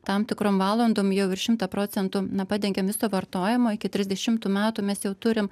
tam tikrom valandom jau ir šimtą procentų na padengiam viso vartojimo iki trisdešimtų metų mes jau turim